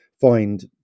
find